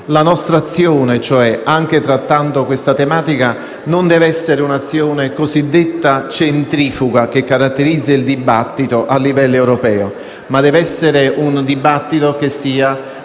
La nostra azione, anche trattando questa tematica, non deve essere un'azione cosiddetta centrifuga, che caratterizza il dibattito a livello europeo, ma deve essere un dibattito centripeto,